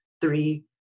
Three